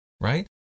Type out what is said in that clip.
right